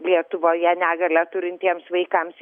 lietuvoje negalią turintiems vaikams